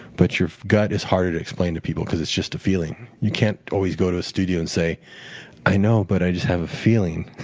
but your gut is harder to explain to people because it's just a feeling. you can't always go to a studio and say i know, but i just have a feeling.